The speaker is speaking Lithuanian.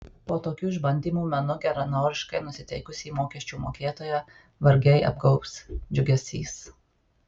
po tokių išbandymų menu geranoriškai nusiteikusį mokesčių mokėtoją vargiai apgaubs džiugesys